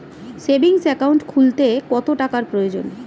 Savings account খুলতে কত টাকার প্রয়োজন?